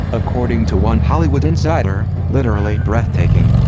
according to one hollywood insider, literally breathtaking.